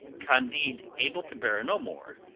candide, able to bear no more,